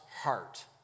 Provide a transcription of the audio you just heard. heart